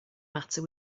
matter